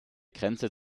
grenze